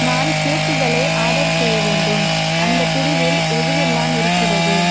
நான் கேக்குகளை ஆர்டர் செய்ய வேண்டும் அந்தப் பிரிவில் எதுவெல்லாம் இருக்கிறது